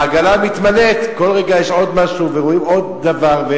העגלה מתמלאת, כל רגע יש עוד משהו ורואים עוד דבר.